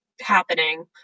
happening